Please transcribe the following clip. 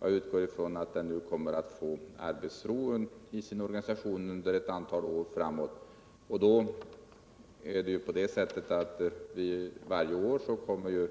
Jag utgår från att den nu kommer att få arbetsro i sin organisation under ett antal år framåt. Varje år kommer